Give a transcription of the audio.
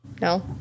No